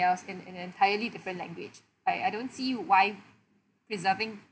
else in an entirely different language I I don't see why preserving